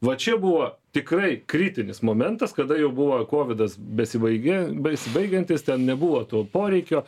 va čia buvo tikrai kritinis momentas kada jau buvo kovidas besibaigė besibaigiantis ten nebuvo to poreikio